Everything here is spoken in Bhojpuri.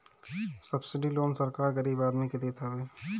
सब्सिडी लोन सरकार गरीब आदमी के देत हवे